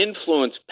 influence